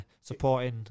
supporting